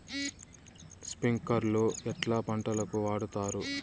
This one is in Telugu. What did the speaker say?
స్ప్రింక్లర్లు ఎట్లా పంటలకు వాడుతారు?